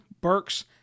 Burks